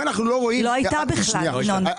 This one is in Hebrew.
לא הייתה בכלל, ינון.